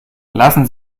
lassen